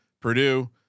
Purdue